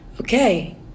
okay